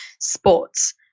sports